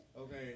Okay